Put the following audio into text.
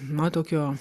na tokio